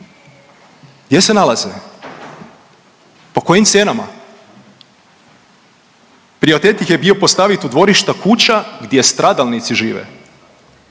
gdje se nalaze, po kojim cijenama? Prioritet ih je bio postaviti u dvorišta kuća gdje stradalnici žive.